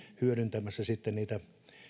hyödyntämässä niitä